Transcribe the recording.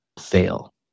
fail